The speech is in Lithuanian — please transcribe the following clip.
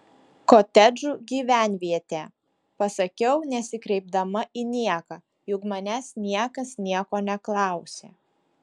kotedžų gyvenvietė pasakiau nesikreipdama į nieką juk manęs niekas nieko neklausė